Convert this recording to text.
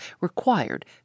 required